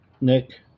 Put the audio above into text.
Nick